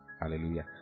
Hallelujah